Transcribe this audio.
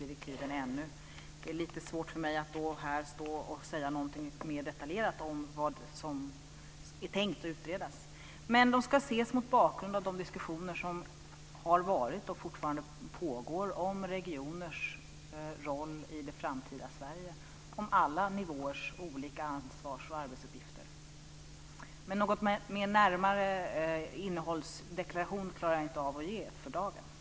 Då är det lite svårt för mig att här säga något mer detaljerat om vad som är tänkt att utredas, men det ska ses mot bakgrund av de diskussioner som har varit och fortfarande pågår om regioners roll i det framtida Sverige och om alla nivåers olika ansvars och arbetsuppgifter. Någon närmare innehållsdeklaration klarar jag inte av att ge för dagen.